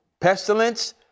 pestilence